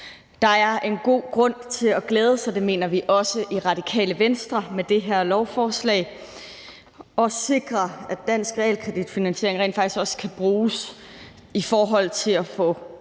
»der er en god grund til at glæde sig«. Det mener vi også i Radikale Venstre at der er med det her lovforslag, der sikrer, at dansk realkreditfinansiering rent faktisk også kan bruges til at få